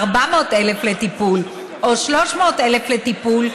400,000 לטיפול או 300,000 לטיפול,